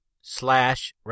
slash